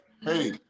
hey